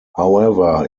however